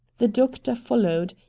the doctor followed.